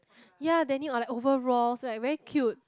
ya Danny on like overalls like very cute